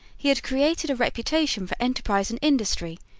he had created a reputation for enterprise and industry,